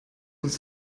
uns